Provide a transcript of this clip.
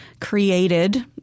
created